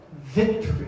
victory